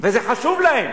וזה חשוב להם.